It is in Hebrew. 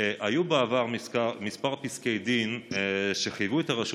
היו בעבר כמה פסקי דין שחייבו את הרשות